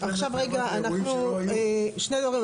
שני דברים.